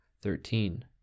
Thirteen